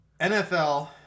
NFL